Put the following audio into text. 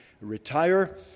retire